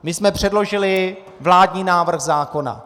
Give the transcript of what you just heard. My jsme předložili vládní návrh zákona.